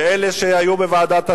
ואלה שהיו בוועדות השרים,